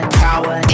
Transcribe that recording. power